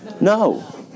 No